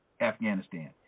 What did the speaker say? Afghanistan